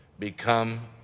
become